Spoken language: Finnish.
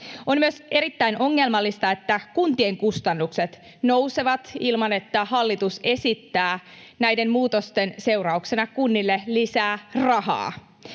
On myös erittäin ongelmallista, että kuntien kustannukset nousevat ilman, että hallitus esittää näiden muutosten seurauksena kunnille lisää rahaa.